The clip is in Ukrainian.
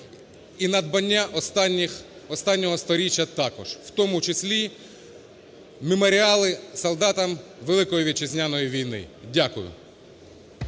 і надбання останнього сторіччя також, в тому числі меморіали солдатам Великої Вітчизняної війни. Дякую.